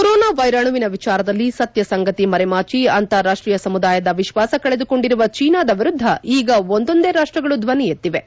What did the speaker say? corona ವೈರಾಣುವಿನ ವಿಚಾರದಲ್ಲಿ ಸತ್ಯ ಸಂಗತಿ ಮರೆಮಾಚಿ ಅಂತಾರಾಷ್ಟೀಯ ಸಮುದಾಯದ ವಿಶ್ವಾಸ ಕಳೆದುಕೊಂಡಿರುವ ಚೀನಾದ ವಿರುದ್ದ ಈಗ ಒಂದೊಂದೇ ರಾಷ್ತ ಗಳು ಧ್ವನಿ ಎತ್ತಿವೆ